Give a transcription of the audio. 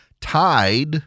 Tied